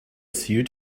suit